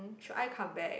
should I come back